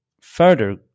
further